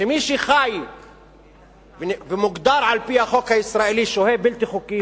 שמי שחי ומוגדר על-פי החוק הישראלי שוהה בלתי חוקי,